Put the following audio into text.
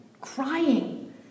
crying